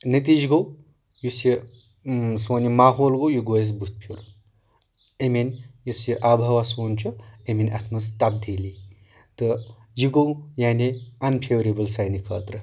نٔتیٖجہٕ گوٚو یُس یہِ سون یہِ ماحول گوٚو یہِ گوٚو اسہِ بُتھۍ پھیُر أمۍ أنۍ یُس یہِ آب ہوا سون چھُ أمۍ أنۍ اتھ منٛز تبدیٖلی تہٕ یہِ گوٚو یعنے ان فیوریبٕل سانہِ خٲطرٕ